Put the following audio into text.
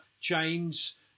chains